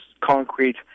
concrete